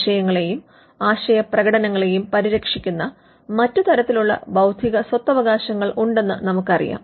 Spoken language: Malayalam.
ആശയങ്ങളെയും ആശയപ്രകടനങ്ങളെയും പരിരക്ഷിക്കുന്ന മറ്റ് തരത്തിലുള്ള ബൌദ്ധിക സ്വത്തവകാശങ്ങൾ ഉണ്ടെന്ന് നമുക്കറിയാം